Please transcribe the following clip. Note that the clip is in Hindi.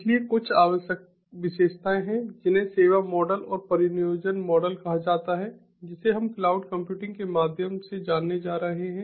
इसलिए कुछ आवश्यक विशेषताएं हैं जिन्हें सेवा मॉडल और परिनियोजन मॉडल कहा जाता है जिसे हम क्लाउड कंप्यूटिंग के माध्यम से जानने जा रहे हैं